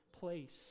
place